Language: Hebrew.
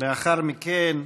לאחר מכן,